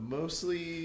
mostly